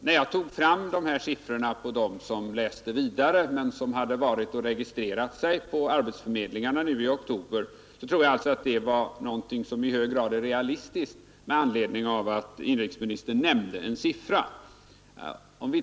När jag nämnde hur många som läser vidare men som nu i oktober varit och registrerat sig på arbetsförmedlingarna, så var det därför att jag tror att den siffran är i hög grad realistisk och därför att inrikesministern själv nämnde en siffra.